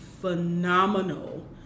Phenomenal